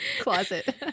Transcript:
closet